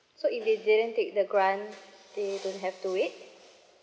so if they didn't take the grant they don't have to wait